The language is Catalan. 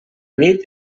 nit